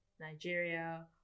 Nigeria